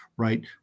right